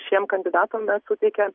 šiem kandidatam suteikia